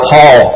Paul